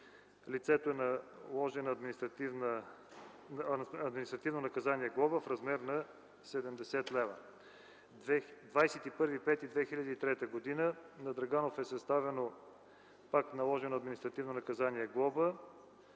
лицето е наложено административно наказание глоба в размер на 70 лв.; - на 21.05.2003 г. на Драганов е съставено административно наказание глоба